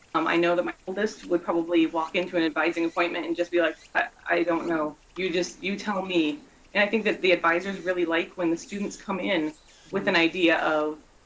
um i know that my oldest would probably walk into an advising appointment and just be, like, i don't know. you just you tell me. and i think that the advisers really like when the students come in with an idea of,